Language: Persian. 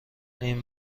این